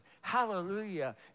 Hallelujah